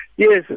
Yes